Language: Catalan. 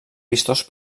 vistós